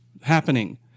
Happening